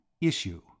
Issue